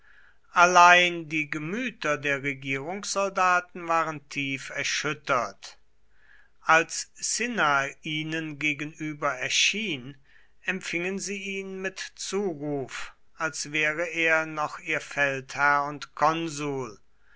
allein die gemüter der regierungssoldaten waren tief erschüttert als cinna ihnen gegenüber erschien empfingen sie ihn mit zuruf als wäre er noch ihr feldherr und konsul